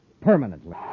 permanently